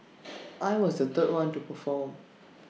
I was the third one to perform